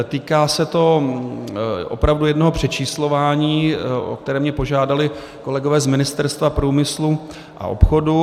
Týká se to opravdu jednoho přečíslování, o které mě požádali kolegové z Ministerstva průmyslu a obchodu.